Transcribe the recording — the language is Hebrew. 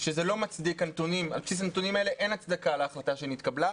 שעל בסיס הנתונים האלה אין הצדקה להחלטה שהתקבלה,